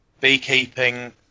beekeeping